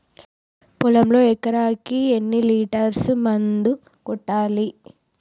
పొలంలో ఎకరాకి ఎన్ని లీటర్స్ మందు కొట్టాలి?